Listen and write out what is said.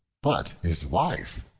but his wife,